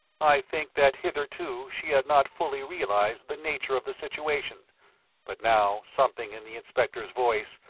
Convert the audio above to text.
i think that hitherto she had not fully realized the nature of the situation but now something in the inspector's voice,